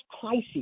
crisis